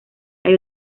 hay